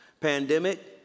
pandemic